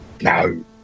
No